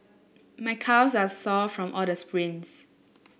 my calves are sore from all the sprints